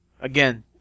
Again